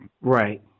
Right